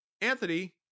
Anthony